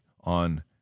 on